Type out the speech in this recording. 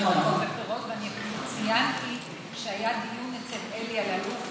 ואני אפילו ציינתי שהיה דיון אצל אלי אלאלוף,